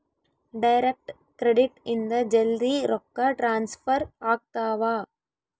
direct credit ಇಂದ ಜಲ್ದೀ ರೊಕ್ಕ ಟ್ರಾನ್ಸ್ಫರ್ ಆಗ್ತಾವ